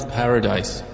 paradise